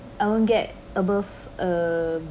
I won't get above err